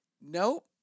Nope